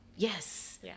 Yes